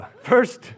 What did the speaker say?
First